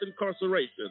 incarceration